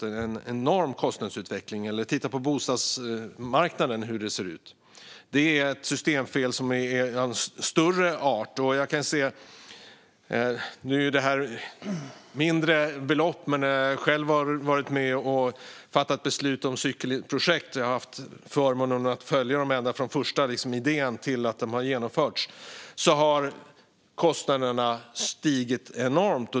Även när det gäller bostadsmarknaden är det fråga om ett systemfel av större art. Jag har själv varit med och fattat beslut om cykelprojekt - då är det fråga om mindre belopp. Men jag har haft förmånen att följa dem ända från första idén till att de genomförts, och under den tiden har kostnaderna stigit enormt.